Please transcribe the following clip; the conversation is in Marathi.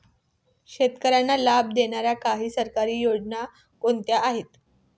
शेतकऱ्यांना लाभ देणाऱ्या काही सरकारी योजना कोणत्या आहेत?